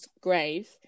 grave